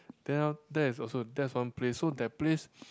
then oh that is also that's one place so that place